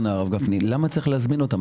למה צריך להזמין אותם?